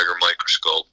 microscope